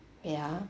ya